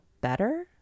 better